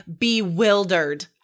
Bewildered